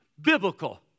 biblical